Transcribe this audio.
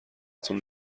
تون